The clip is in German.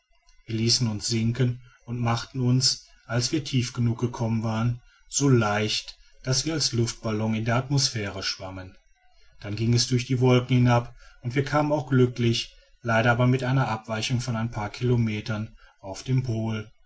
wir ließen uns sinken und machten uns als wir tief genug gekommen waren so leicht daß wir als luftballon in der atmosphäre schwammen dann ging es durch die wolken hinab und wir kamen auch glücklich leider aber mit einer abweichung von ein paar kilometern auf den pol